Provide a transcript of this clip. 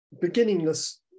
beginningless